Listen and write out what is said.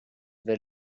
were